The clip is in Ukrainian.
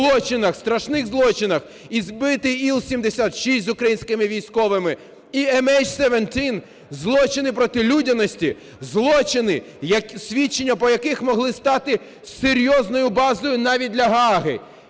злочинах, страшних злочинах. І збитий Іл-76 з українськими військовими, і MH17 – злочини проти людяності, злочини, свідчення по яких могли стати серйозною базою навіть для Гааги,